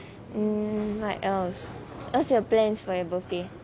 mm what else what's your plans for your birthday